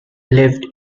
lived